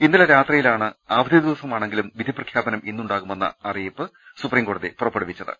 ഇന്നലെ രാത്രി യിലാണ് അവധി ദിവസമാണെങ്കിലും വിധി പ്രഖ്യാപനം ഇന്നുണ്ടാകുമെന്ന അറിയിപ്പ് സുപ്രീംകോടതി പുറപ്പെടുവിച്ചത്